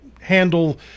handle